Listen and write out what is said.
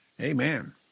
Amen